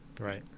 Right